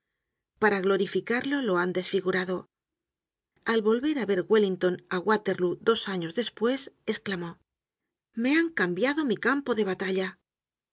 para glorificarlo lo han desfigurado al volverá ver wellington á waterlóo dos años despues esclamó me han cambiado mi campo de batalla